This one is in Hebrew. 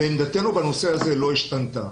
עמדתנו בנושא הזה לא השתנתה.